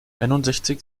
einundsechzig